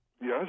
Yes